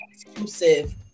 exclusive